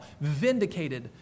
vindicated